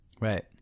right